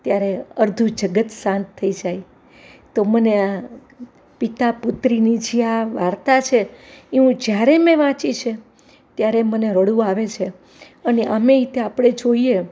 ત્યારે અડધું જગત શાંત થઈ જાય તો મને આ પિતા પૂત્રીની જે આ વાર્તા છે એ હું જ્યારે મેં વાંચી છે ત્યારે મને રડવું આવે છે અને આમેય તે આપણે જોઈએ